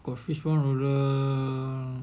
got fishball noodle